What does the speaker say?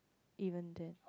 even there